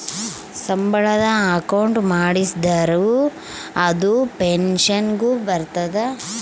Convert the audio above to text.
ಸಂಬಳದ ಅಕೌಂಟ್ ಮಾಡಿಸಿದರ ಅದು ಪೆನ್ಸನ್ ಗು ಬರ್ತದ